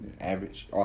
Average